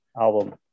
album